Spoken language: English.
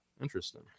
Interesting